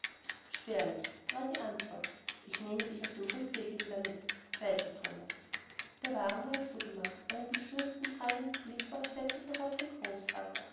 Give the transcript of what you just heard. schwerlich war die antwort ich nehme dich auf dem rückwege wieder mit weiter thomas der wagen ward zugemacht einen bestürzten fragenden blick warf cedrik noch auf den großvater